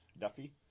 duffy